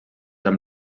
amb